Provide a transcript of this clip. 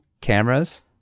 cameras